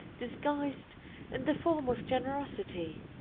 disguised in the form of generosity.